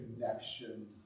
connection